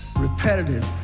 repetitive,